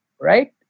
right